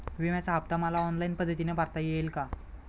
विम्याचा हफ्ता मला ऑनलाईन पद्धतीने भरता येईल का?